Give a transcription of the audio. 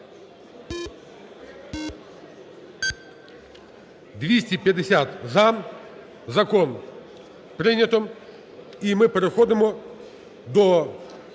250 – за. Закон прийнято.